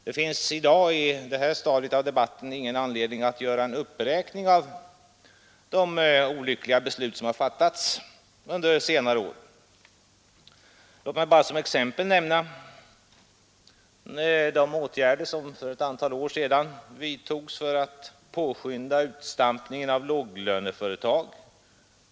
Det finns i dag, på detta stadium av debatten, ingen anledning att göra en uppräkning av de olyckliga beslut som har fattats under senare år. Låt mig bara som exempel nämna de åtgärder som för ett antal år sedan vidtogs för att påskynda utstampningen av låglöneföretag.